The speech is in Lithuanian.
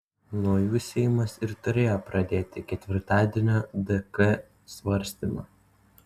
nuo jų seimas ir turėjo pradėti ketvirtadienio dk svarstymą